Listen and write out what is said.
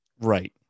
Right